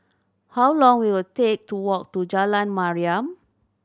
how long will it take to walk to Jalan Mariam